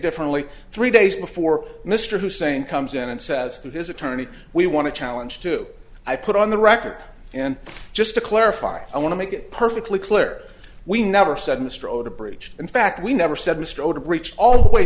differently three days before mr hussein comes in and says to his attorney we want to challenge to i put on the record and just to clarify i want to make it perfectly clear we never said and strode a bridge in fact we never said mr oda breach all the way